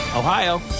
Ohio